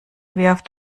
wirft